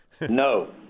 no